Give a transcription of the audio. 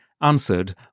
answered